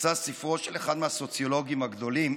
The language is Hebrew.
יצא ספרו של אחד מהסוציולוגים הגדולים,